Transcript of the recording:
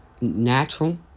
natural